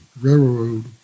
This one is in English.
railroad